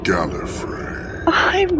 Gallifrey